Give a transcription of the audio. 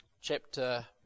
chapter